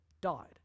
died